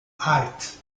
art